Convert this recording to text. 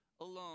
alone